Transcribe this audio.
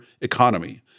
economy